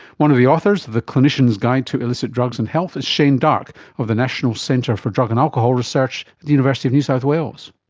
one of the authors of the clinician's guide to illicit drugs and health is shane darke of the national centre for drug and alcohol research at the university of new south wales.